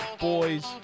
Boys